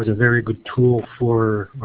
ah very good tool for